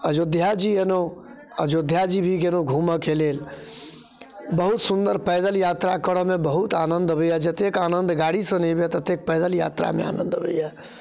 अयोध्या जी अयलहुँ अजोध्या जी भी गेलहुँ घूमयके लेल बहुत सुन्दर पैदल यात्रा करयमे बहुत आनन्द अबैए जतेक आनन्द गाड़ीसँ नहि अबैए ततेक पैदल यात्रामे आनन्द अबैए